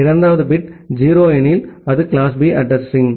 இரண்டாவது பிட் 0 எனில் அது கிளாஸ் B ஐபி அட்ரஸிங்